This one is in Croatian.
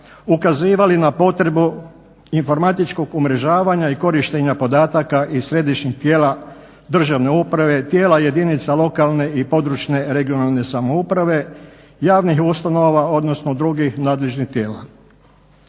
ukazivali na potrebu informatičkog umrežavanja i korištenja podataka iz središnjih tijela državne uprave, tijela jedinice lokalne, i područne regionalne samouprave, javnih ustanova, odnosno drugih nadležnih tijela.